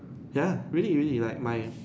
ya really really like my